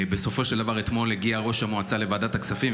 בסופו של דבר אתמול הגיע ראש המועצה לוועדת הכספים,